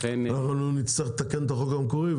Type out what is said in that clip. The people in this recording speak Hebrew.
ולכן --- אנחנו נצטרך לתקן את החוק המקורי,